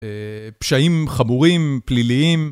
פשעים חמורים, פליליים.